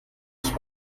ich